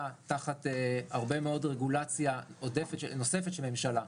תחת הרבה מאוד רגולציה נוספת של ממשלה.